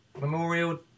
Memorial